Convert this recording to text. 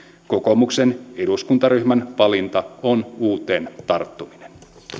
kokoomuksen eduskuntaryhmän valinta on uuteen tarttuminen